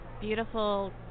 beautiful